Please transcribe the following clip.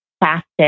plastic